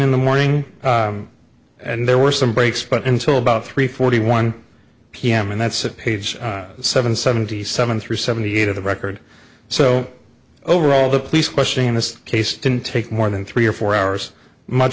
in the morning and there were some breaks but until about three forty one pm and that's it page seven seventy seven three seventy eight of the record so overall the police question in this case didn't take more than three or four hours much